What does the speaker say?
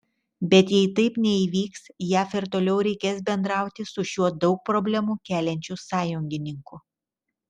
bet jei taip neįvyks jav ir toliau reikės bendrauti su šiuo daug problemų keliančiu sąjungininku